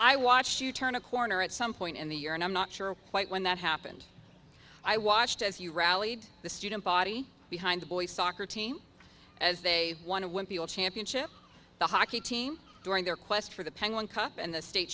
i watched you turn a corner at some point in the year and i'm not sure quite when that happened i watched as you rallied the student body behind the boys soccer team as they want to win people championship the hockey team during their quest for the penguin cup and the state